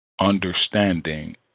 Understanding